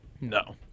No